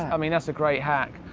i mean, that's a great hack,